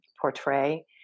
portray